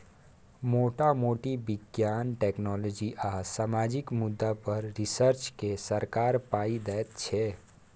मोटा मोटी बिज्ञान, टेक्नोलॉजी आ सामाजिक मुद्दा पर रिसर्च केँ सरकार पाइ दैत छै